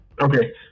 Okay